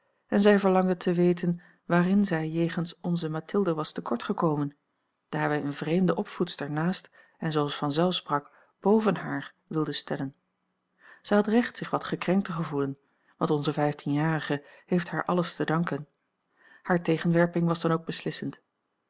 en zij verlangde te weten waarin zij jegens onze mathilde was te kort gekomen dat wij eene vreemde opvoedster naast en zooals vanzelf sprak boven haar wilden stellen zij had recht zich wat gekrenkt te gevoelen want onze vijftienjarige heeft haar alles te danken hare tegenwerping was dan ook beslissend